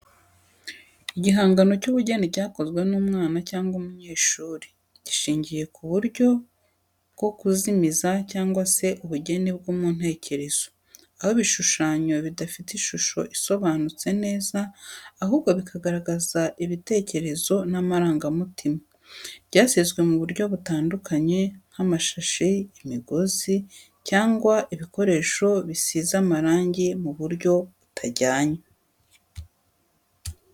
Igihangano cy’ubugeni cyakozwe n’umwana cyangwa umunyeshuri, gishingiye ku buryo bwo kuzimiza cyangwa se ubugeni bwo mu ntekerezo, aho ibishushanyo bidafite ishusho isobanutse neza, ahubwo bikagaragaza ibitekerezo n’amarangamutima. Ryasizwe mu buryo butandukanye nk’amashashi, imigozi cyangwa ibikoresho bisize amarangi mu buryo butajyanye.